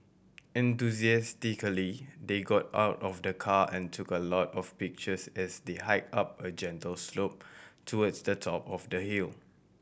enthusiastically they got out of the car and took a lot of pictures as they hike up a gentle slope towards the top of the hill